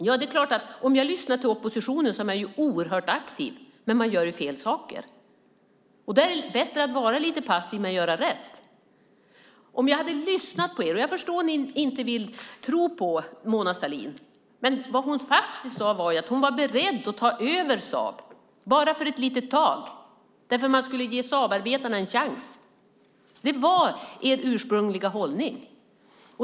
Men oppositionen, som är oerhört aktiv, gör ju fel saker. Det är bättre att vara lite passiv men att göra rätt. Jag förstår att ni inte vill tro på Mona Sahlin, men vad hon faktiskt sade var att hon var beredd att ta över Saab, bara för ett litet tag, därför att man skulle ge Saabarbetarna en chans. Det var er ursprungliga hållning.